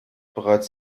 bereits